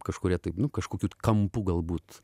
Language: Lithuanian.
kažkuria taip nu kažkokiu kampu galbūt